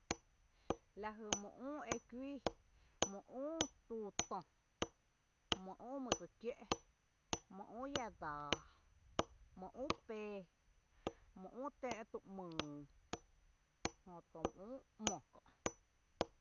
La jy my üü e kuíi: mý üü tuu tö, mý üü ia dáaá, mý üü pee, mý üü tǿǿ' tu 'myy, jötu mý üü 'mo kö'.